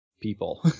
people